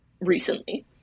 recently